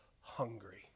hungry